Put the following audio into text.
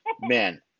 man